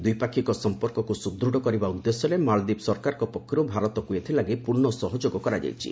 ଦ୍ୱିପାକ୍ଷିକ ସମ୍ପର୍କକୁ ସୁଦୃତ୍ କରିବା ଉଦ୍ଦେଶ୍ୟରେ ମାଳଦ୍ୱୀପ ସରକାରଙ୍କ ପକ୍ଷରୁ ଭାରତକୁ ଏଥିଲାଗି ପୂର୍ଣ୍ଣ ସହଯୋଗ କରାଯାଇଛି